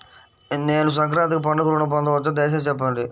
నేను సంక్రాంతికి పండుగ ఋణం పొందవచ్చా? దయచేసి చెప్పండి?